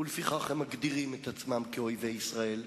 ולפיכך הם מגדירים את עצמם אויבי ישראל.